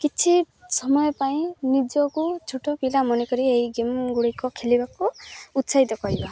କିଛି ସମୟ ପାଇଁ ନିଜକୁ ଛୋଟ ପିଲା ମନେକରି ଏହି ଗେମ୍ଗୁଡ଼ିକ ଖେଲିବାକୁ ଉତ୍ସହିତ କରିବା